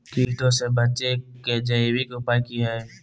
कीटों से बचे के जैविक उपाय की हैय?